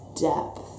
depth